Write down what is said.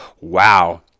Wow